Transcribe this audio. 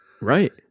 right